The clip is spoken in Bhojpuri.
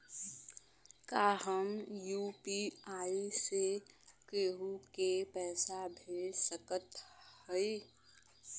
का हम यू.पी.आई से केहू के पैसा भेज सकत हई?